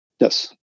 Yes